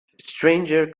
stranger